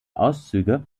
auszüge